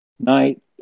night